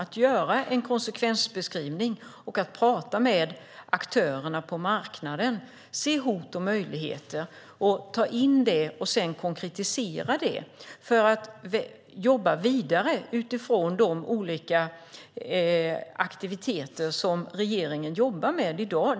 Man gör en konsekvensbeskrivning, pratar med aktörerna på marknaden, ser hot och möjligheter, tar in det och konkretiserar det. Sedan kan man jobba vidare med de olika aktiviteter som regeringen jobbar med i dag.